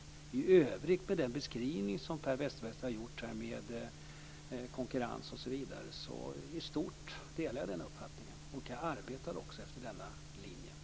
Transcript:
I övrigt delar jag i stort sett uppfattningen i den beskrivning som Per Westerberg har gjort i fråga om konkurrens osv. Jag arbetar också efter denna linje.